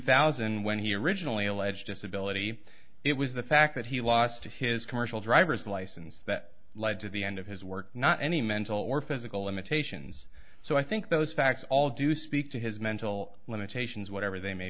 thousand when he originally alleged disability it was the fact that he lost his commercial driver's license that led to the end of his work not any mental or physical limitations so i think those facts all do speak to his mental limitations whatever they may